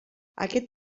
aquest